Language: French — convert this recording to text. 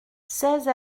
seize